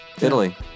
Italy